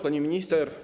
Pani Minister!